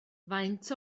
faint